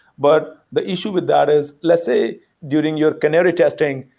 but the issue with that is let's say during your canary testing,